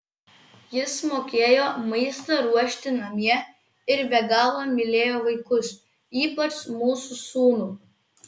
jis mokėjo maistą ruošti namie ir be galo mylėjo vaikus ypač mūsų sūnų